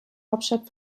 hauptstadt